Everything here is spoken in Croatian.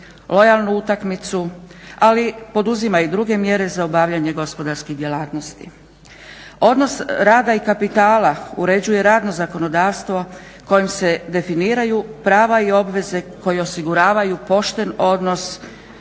lojalnu utakmicu, ali poduzima i druge mjere za obavljanje gospodarskih djelatnosti. Odnos rada i kapitala uređuje radno zakonodavstvo kojim se definiraju prava i obveze koje osiguravaju pošten odnos u